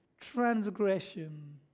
transgression